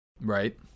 right